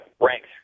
ranks